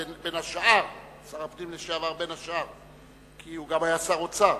בין השאר כי הוא גם היה שר האוצר.